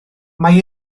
mae